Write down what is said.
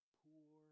poor